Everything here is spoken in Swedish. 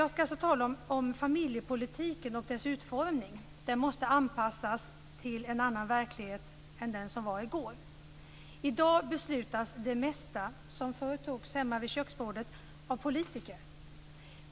Jag skall alltså tala om familjepolitiken och dess utformning. Den måste anpassas till en annan verklighet än den som gällde i går. I dag beslutas det mesta som förr avgjordes hemma vid köksbordet av politiker.